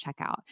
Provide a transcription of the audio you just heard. checkout